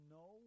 no